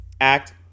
act